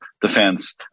defense